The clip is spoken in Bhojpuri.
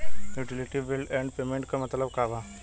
यूटिलिटी बिल्स एण्ड पेमेंटस क मतलब का बा?